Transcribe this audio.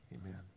Amen